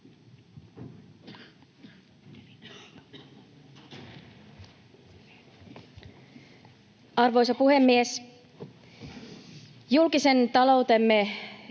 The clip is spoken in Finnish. Arvoisa puhemies! Julkisen taloutemme